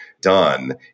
done